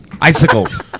Icicles